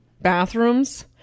bathrooms